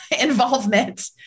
involvement